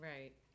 Right